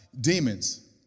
demons